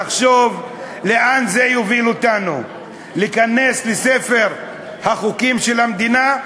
לחשוב לאן זה יוביל אותנו: להיכנס לספר החוקים של המדינה,